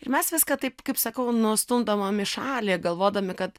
mes viską taip kaip sakau nustumdamom į šalį galvodami kad